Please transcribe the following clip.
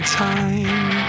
time